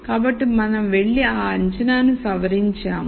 కాబట్టి మనంవెళ్లి ఆ అంచనాను సవరించాము